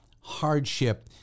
hardship